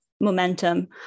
momentum